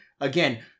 Again